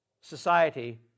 society